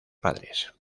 padres